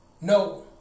No